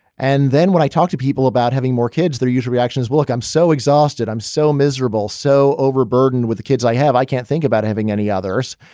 and then when i talk to people about having more kids, they're usually actions. look, i'm so exhausted, i'm so miserable, so overburdened with the kids i have. i can't think about having any others.